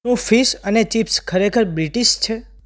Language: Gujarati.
શું ફિશ અને ચિપ્સ ખરેખર બ્રિટિશ છે